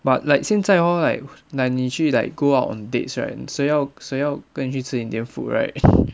but like 现在 hor like like 你去 like go out on dates right 谁要谁要跟你去吃 indian food right